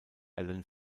allen